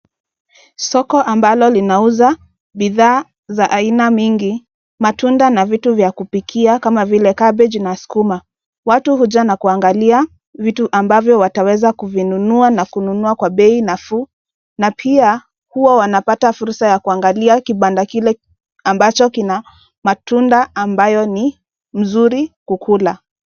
Soko ambalo Iinauza bidhaa za aina nyingi matunda na vitu vya kupikia kama vile kabeji na sukuma, watu huja na kuangalia vitu ambavyo wataweza kuvinunua na kununua kwa bei nafuu, na pia huwa wanapata fursa ya kuangalia kibanda kile ambacho kina matunda ambayo ni mzuri kukula.